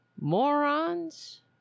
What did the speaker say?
morons